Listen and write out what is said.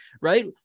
right